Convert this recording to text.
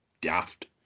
daft